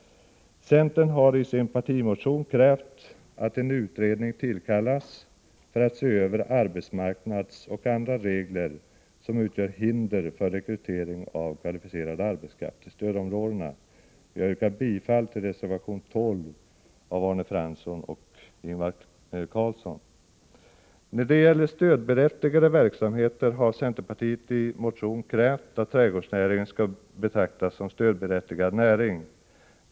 Centern har i sin partimotion krävt att en utredning tillkallas för att se över arbetsmarknadsregler och andra regler, som utgör hinder för rekrytering av kvalificerad arbetskraft till sstödområdena. Jag yrkar bifall till reservation 12 av Arne Fransson och Ingvar Karlsson i Bengtsfors. När det gäller stödberättigad verksamhet har centerpartiet i motion krävt att trädgårdsnäringen skall betraktas som stödberättigad näring.